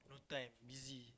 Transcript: no time busy